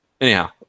Anyhow